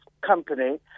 company